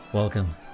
Welcome